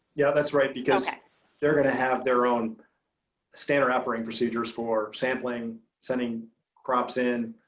yeah, that's right because they're gonna have their own standard operating procedures for sampling, sending crops in,